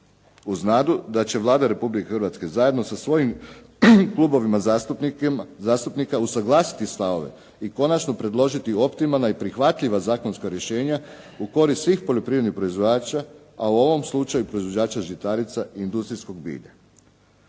uz nadu da će Vlada Republike Hrvatske zajedno sa svojim klubovima zastupnika usuglasiti stavove i konačno predložiti optimalna i prihvatljiva zakonska rješenja u korist svih poljoprivrednih proizvođača a u ovom slučaju proizvođača žitarica i industrijskog bilja.